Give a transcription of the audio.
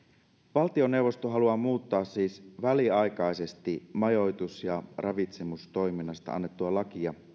valtioneuvosto haluaa muuttaa siis väliaikaisesti majoitus ja ravitsemustoiminnasta annettua lakia